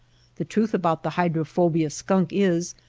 the truth about the hydrophobia skunk is,